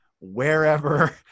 wherever